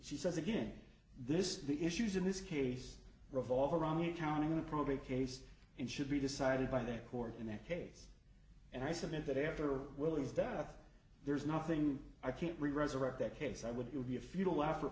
she says again this is the issues in this case revolve around the accounting in a probate case and should be decided by the court in that case and i submit that after willie's death there's nothing i can't really resurrect that case i would be would be a futile effort